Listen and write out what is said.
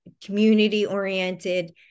community-oriented